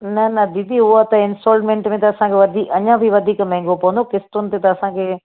न न दीदी उहो त इंस्टॉलमेंट में त असांखे वधी अञा बि वधीक महांगो पवंदो क़िस्तुनि ते त असांखे